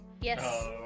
Yes